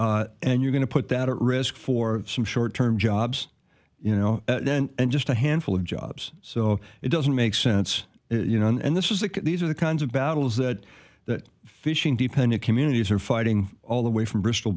livelihood and you're going to put that at risk for some short term jobs you know and just a handful of jobs so it doesn't make sense you know and this is that these are the kinds of battles that that fishing dependent communities are fighting all the way from bristol